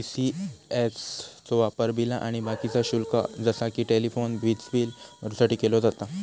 ECS चो वापर बिला आणि बाकीचा शुल्क जसा कि टेलिफोन, वीजबील भरुसाठी केलो जाता